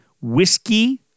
whiskey